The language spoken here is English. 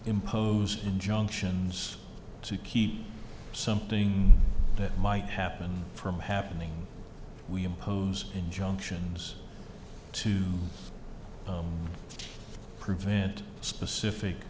impose injunctions to keep something that might happen from happening we impose injunctions to prevent specific